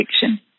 fiction